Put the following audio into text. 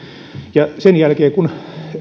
ja sen jälkeen kun